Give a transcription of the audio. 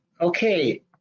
Okay